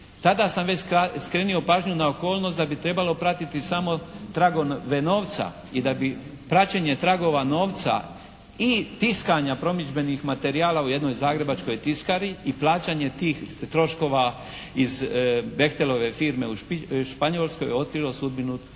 Tada sam već skrenuo pažnju na okolnost da bi trebalo pratiti samo tragove novca i da bi praćenje tragova novca i tiskanja promidžbenih materijala u jednoj zagrebačkoj tiskari i plaćanje tih troškova iz Bechtelove firme u Španjolskoj otkrilo sudbinu